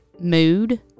mood